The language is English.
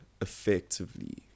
effectively